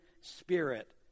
Spirit